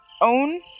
own